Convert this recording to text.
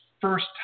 first